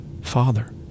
Father